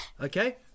Okay